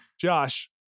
Josh